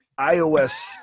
iOS